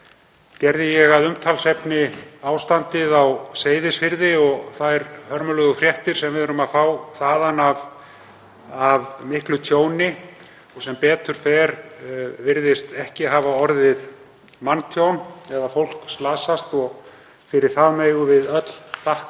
gerði ég að umtalsefni ástandið á Seyðisfirði og þær hörmulegu fréttir sem við höfum fengið þaðan af miklu tjóni. Sem betur fer virðist ekki hafa orðið manntjón eða fólk slasast og fyrir það megum við öll þakka.